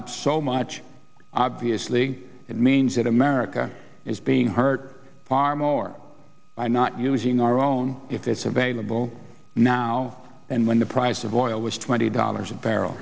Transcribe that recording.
up so much obviously it means that america is being hurt far more by not using our own if it's available now and when the price of oil was twenty dollars a barrel